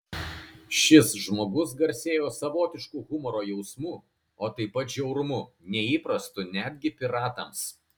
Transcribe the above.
šis žmogus garsėjo savotišku humoro jausmu o taip pat žiaurumu neįprastu netgi piratams